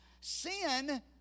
sin